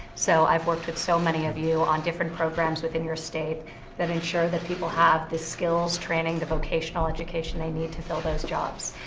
so, i've worked with so many of you on different programs within your state that ensure that people have the skills training, the vocational education they need to fill those jobs.